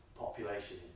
Population